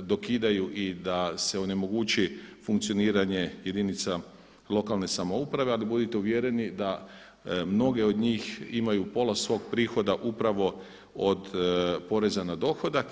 dokidaju i da se onemogući funkcioniranje jedinica lokalne samouprave, a budite uvjereni da mnoge od njih imaju pola svog prihoda upravo od poreza na dohodak.